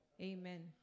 Amen